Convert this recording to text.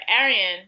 arian